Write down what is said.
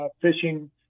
fishing